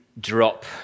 drop